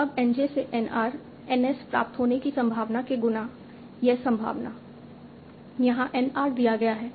अब N j से N r N s प्राप्त होने की संभावना के गुना यह संभावना यहाँ N r दिया गया है